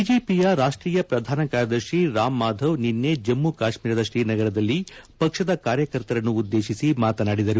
ಬಿಜೆಪಿಯ ರಾಷ್ಟೀಯ ಪ್ರಧಾನಕಾರ್ಯದರ್ಶಿ ರಾಮ್ಮಾಧವ್ ನಿನ್ನೆ ಜಮ್ಮ ಕಾಶ್ಮೀರದ ಶ್ರೀನಗರದಲ್ಲಿ ಪಕ್ಷದ ಕಾರ್ಯಕರ್ತರನ್ನು ಉದ್ದೇಶಿಸಿ ಮಾತನಾಡಿದರು